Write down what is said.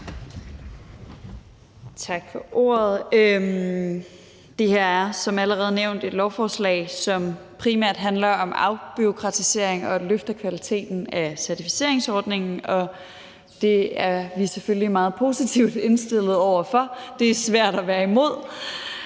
Tak for ordet. Det her er som allerede nævnt et lovforslag, som primært handler om afbureaukratisering og om at løfte kvaliteten af certificeringsordningen. Det er vi selvfølgelig meget positivt indstillet over for. Det er svært at være imod.